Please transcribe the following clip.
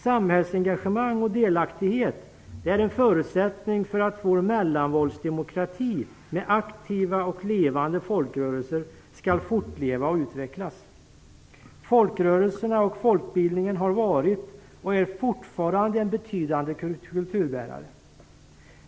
Samhällsengagemang och delaktighet är en förutsättning för att vår mellanvalsdemokrati med aktiva och levande folkrörelser skall fortleva och utvecklas. Folkrörelserna och folkbildningen har varit och är fortfarande en betydande kulturbärare.